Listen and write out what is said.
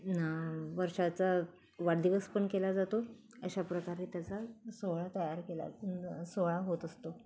न वर्षाचा वाढदिवस पण केला जातो अशा प्रकारे त्याचा सोहळा तयार केला सोहळा होत असतो